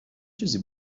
چیزی